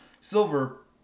Silver